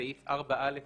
סעיף 4א המוצע.